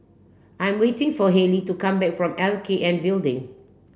I am waiting for Hailee to come back from L K N Building